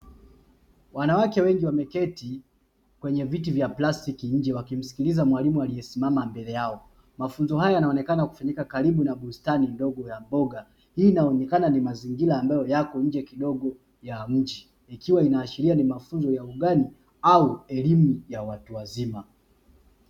Wanawake wengi wameketi kwenye viti vya plastiki nje wakimsikiliza mwalimu aliyesimama mbele yao, mafunzo haya yanaonekana kufanyika karibu na bustani ndogo ya mboga. Hii inaonekana ni mazingira ambayo yako nje kidogo ya mji, ikiwa inaashiria ni mafunzo ya ugani au elimu ya watu wazima.